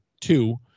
two